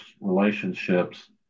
relationships